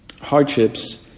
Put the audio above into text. hardships